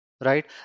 right